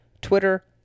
Twitter